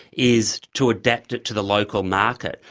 is to adapt it to the local market.